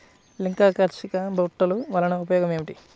లింగాకర్షక బుట్టలు వలన ఉపయోగం ఏమిటి?